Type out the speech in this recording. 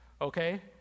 okay